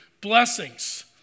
blessings